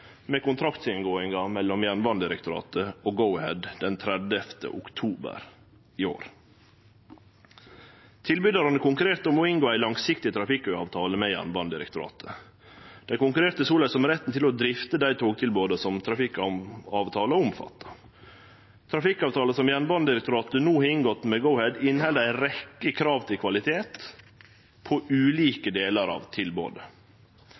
med kontraktsinngåing mellom Jernbanedirektoratet og Go-Ahead 30. oktober i år. Tilbydarane konkurrerte om å inngå ein langsiktig trafikkavtale med Jernbanedirektoratet. Dei konkurrerte soleis om retten til å drifte dei togtilboda som trafikkavtalen omfatta. Trafikkavtalen som Jernbanedirektoratet no har inngått med Go-Ahead, inneheld ei rekkje krav til kvalitet på ulike delar av tilbodet.